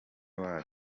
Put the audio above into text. wayo